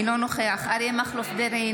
אינו נוכח אריה מכלוף דרעי,